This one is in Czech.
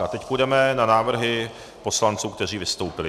A teď půjdeme na návrhy poslanců, kteří vystoupili.